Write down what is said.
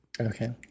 Okay